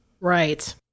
right